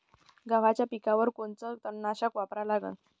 गव्हाच्या पिकावर कोनचं तननाशक वापरा लागन?